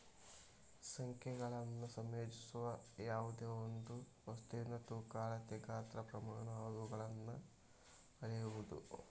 ಸಂಖ್ಯೆಗಳನ್ನು ಸಂಯೋಜಿಸುವ ಯಾವ್ದೆಯೊಂದು ವಸ್ತುವಿನ ತೂಕ ಅಳತೆ ಗಾತ್ರ ಪ್ರಮಾಣ ಇವುಗಳನ್ನು ಅಳೆಯುವುದು